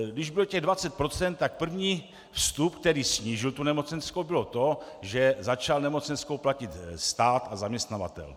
Když bylo těch 20 %, tak první vstup, který snížil tu nemocenskou, bylo to, že začal nemocenskou platit stát a zaměstnavatelé.